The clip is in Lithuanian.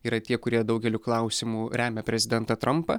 yra tie kurie daugeliu klausimų remia prezidentą trampą